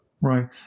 Right